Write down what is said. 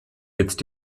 mit